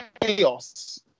chaos